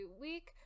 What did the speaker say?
week